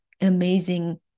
amazing